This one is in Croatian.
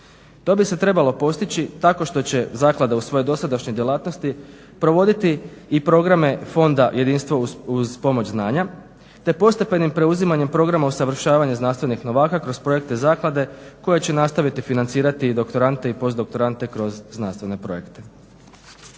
To bi se trebalo postići tako što će zaklada u svoje dosadašnje djelatnosti provoditi i programe Fonda Jedinstvo uz pomoć znanja te postepenim preuzimanjem programa usavršavanja znanstvenih novaka kroz projekte zaklade koje će nastaviti financirati doktorante i postdoktorante kroz znanstvene projekte.